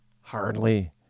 Hardly